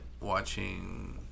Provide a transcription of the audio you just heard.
Watching